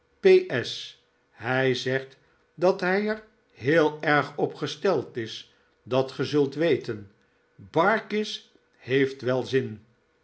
s hij zegt dat hij er heel erg op gesteld is dat ge zult weten barkis heeft wel zi